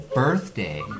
birthday